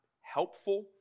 helpful